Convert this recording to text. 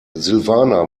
silvana